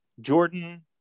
jordan